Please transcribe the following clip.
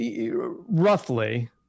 roughly